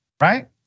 right